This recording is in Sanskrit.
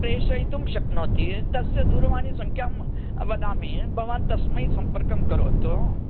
प्रेषयितुं शक्नोति तस्य दूरवाणी संख्यां वदामि भवान् तस्मै सम्पर्कं करोतु